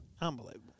unbelievable